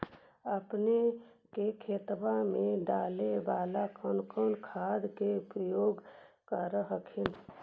अपने के खेतबा मे डाले बाला कौन कौन खाद के उपयोग कर हखिन?